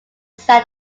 sat